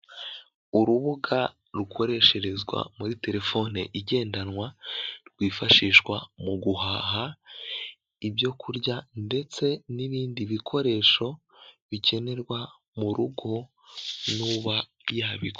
Urubuga rukoreshezwa muri telefone igendanwa, rwifashishwa mu guhaha ibyo kurya ndetse n'ibindi bikoresho, bikenerwa mu rugo n'uba yabiguze.